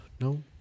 No